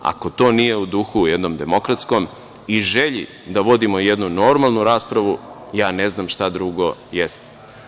Ako to nije u duhu jednom demokratskom i želji da vodimo jednu normalnu raspravu, ne znam šta drugo jeste.